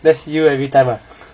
that's you everytime ah